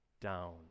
down